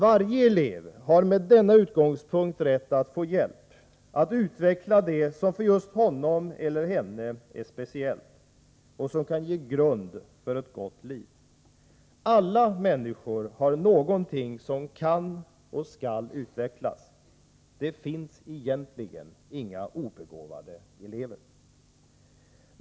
Varje elev har med denna utgångspunkt rätt att få hjälp att utveckla det som för just honom eller henne är speciellt och som kan ge grund för ett gott liv. Alla människor har någonting som kan och skall utvecklas. Det finns egentligen inga obegåvade elever.